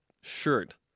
shirt